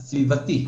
הסביבתי.